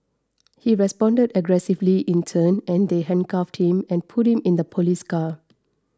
he responded aggressively in turn and they handcuffed him and put him in the police car